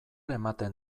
ematen